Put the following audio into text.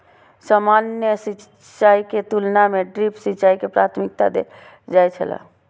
सामान्य सिंचाई के तुलना में ड्रिप सिंचाई के प्राथमिकता देल जाय छला